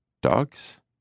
dogs